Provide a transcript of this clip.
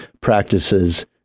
practices